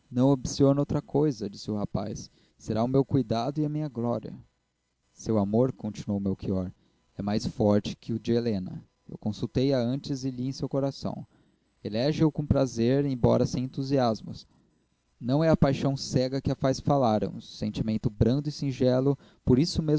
ambiciono outra coisa disse o rapaz será o meu cuidado e a minha glória seu amor continuou melchior é mais forte que o de helena eu consultei a antes e li em seu coração elege o com prazer embora sem entusiasmo não é a paixão cega que a faz falar é um sentimento brando e singelo por isso